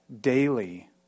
daily